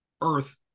Earth